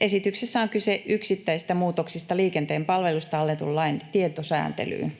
Esityksessä on kyse yksittäisistä muutoksista liikenteen palveluista annetun lain tietosääntelyyn.